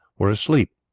were asleep.